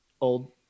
old